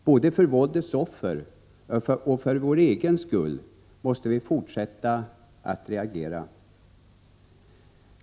Både för våldets offer och för vår egen skull måste vi fortsätta att reagera.